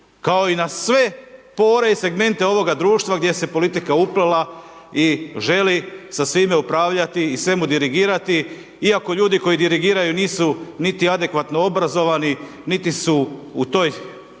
kao i na sve pore i segmente ovoga društva gdje se je politika uplela i želi sa svime upravljati i svemu dirigirati, iako ljudi, koji dirigiraju nisu niti adekvatno obrazovani, niti su u toj